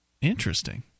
Interesting